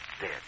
dead